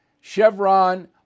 Chevron